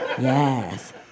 Yes